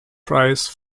prize